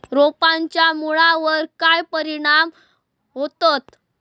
रोपांच्या मुळावर काय परिणाम होतत?